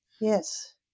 Yes